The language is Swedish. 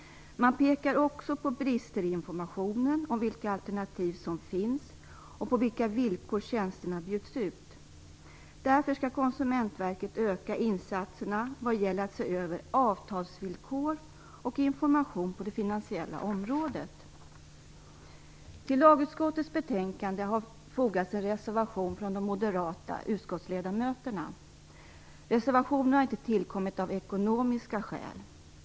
Man pekar också på brister i informationen om vilka alternativ som finns och på vilka villkor tjänsterna bjuds ut. Därför skall Konsumentverket öka insatserna vad gäller att se över avtalsvillkor och information på det finansiella området. Till lagutskottets betänkande har fogats en reservation från de moderata utskottsledamöterna. Reservationen har inte tillkommit av ekonomiska skäl.